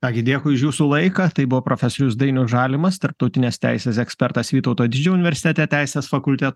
ką gi dėkui už jūsų laiką tai buvo profesorius dainius žalimas tarptautinės teisės ekspertas vytauto didžiojo universitete teisės fakultetui